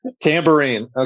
Tambourine